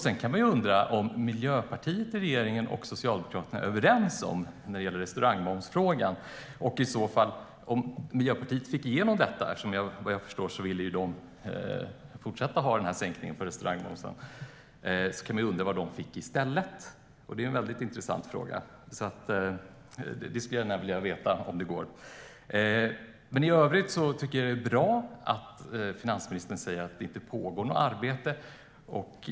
Man kan undra om Miljöpartiet och Socialdemokraterna i regeringen är överens om restaurangmomsfrågan. Vad jag förstår ville Miljöpartiet ha kvar den sänkta restaurangmomsen, och man kan undra vad de fick i stället. Det är en väldigt intressant fråga som jag gärna vill ha svar på, om det går. I övrigt tycker jag att det är bra att finansministern säger att det inte pågår något arbete.